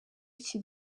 iki